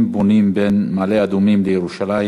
בונים בין מעלה-אדומים לירושלים,